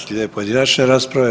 Slijede pojedinačne rasprave.